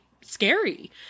scary